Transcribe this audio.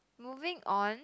moving on